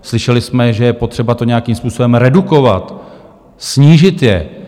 Slyšeli jsme, že je potřeba to nějakým způsobem redukovat, snížit je.